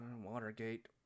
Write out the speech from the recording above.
Watergate